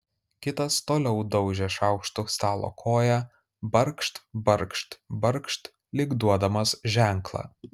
kitas toliau daužė šaukštu stalo koją barkšt barkšt barkšt lyg duodamas ženklą